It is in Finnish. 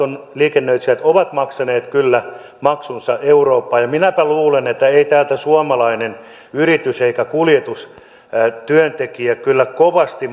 liikennöitsijät ovat maksaneet kyllä maksunsa eurooppaan ja minäpä luulen että ei suomalainen yritys eikä kuljetustyöntekijä kyllä kovasti